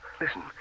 Listen